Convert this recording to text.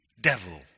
Devil